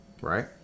right